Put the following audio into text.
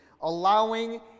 Allowing